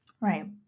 Right